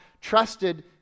trusted